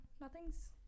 nothing's